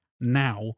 now